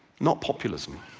not populism.